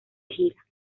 gira